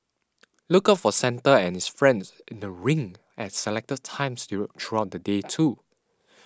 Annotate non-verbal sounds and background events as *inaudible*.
look out for Santa and his friends in the rink at selected times *noise* throughout the day too